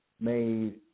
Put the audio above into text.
made